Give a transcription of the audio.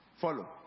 Follow